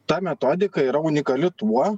ta metodika yra unikali tuo